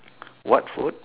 what food